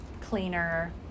cleaner